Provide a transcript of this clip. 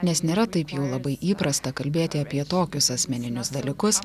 nes nėra taip jau labai įprasta kalbėti apie tokius asmeninius dalykus